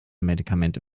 medikamente